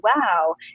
wow